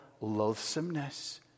loathsomeness